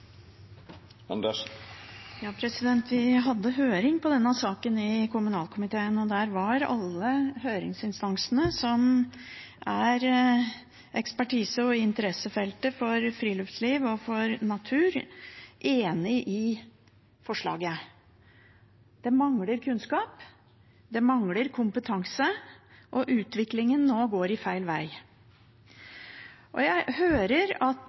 Der var alle høringsinstansene som har ekspertise og som tilhører interessefeltet for friluftsliv og natur, enig i forslaget. Det mangler kunnskap og kompetanse, og utviklingen går nå feil veg. Jeg hører at regjeringen mener at det skal være opp til kommunene om man vil lage en kommunedelplan for naturmangfold. Da risikerer man også at